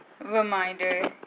Reminder